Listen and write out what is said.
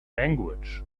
language